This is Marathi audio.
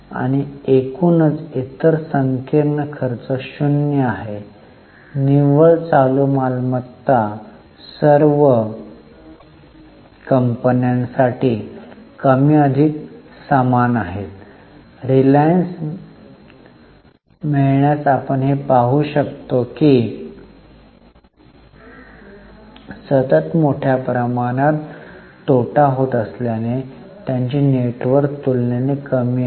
आणि एकूणच इतर संकीर्ण खर्च 0 आहे निव्वळ चालू मालमत्ता सर्व कंपन्यांसाठी कमी अधिक समान आहेत रिलायन्स मिळाल्यास आपण हे पाहू शकता की सतत मोठ्या प्रमाणात तोटा होत असल्याने त्यांची नेटवर्थ तुलनेने कमी असते